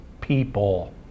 people